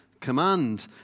command